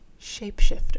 shapeshifter